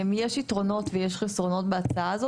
יש יתרונות ויש חסרונות בהצעה הזו.